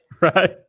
Right